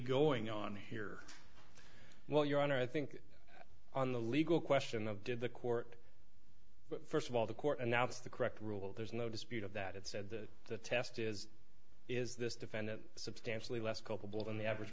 going on here well your honor i think on the legal question of did the court first of all the court announced the correct rule there's no dispute of that it said that the test is is this defendant substantially less culpable than the average